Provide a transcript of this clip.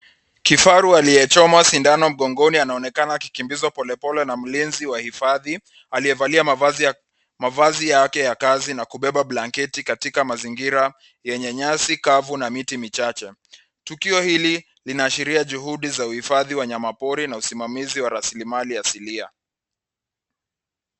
Kifaru aliyechomwa sindano mgongoni anaonekana akikimbizwa polepole na mlinzi wa hifadhi aliyevalia mavazi yake ya kazi na kubeba blanketi katika mazingira yenye nyasi kavu na miti michache. Tukio hili linaashiria juhudi uhifadhi wanyama pori na usimamizi wa rasilimali asilia.